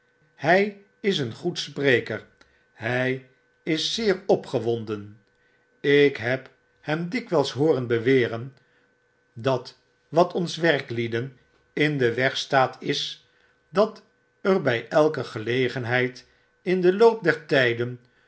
hij is een goed spreker hy is zeer opgewonden ik heb hem dikwyls hooren beweren dat wat ons werklieden in den weg staat is dat er bij elke gelegenheid in den loop der tyden